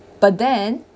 but then